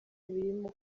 birimo